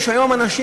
יש היום אנשים,